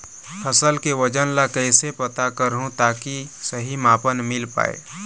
फसल के वजन ला कैसे पता करहूं ताकि सही मापन मील पाए?